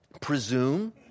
presume